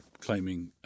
claiming